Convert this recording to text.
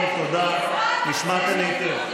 מה לעשות?